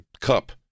cup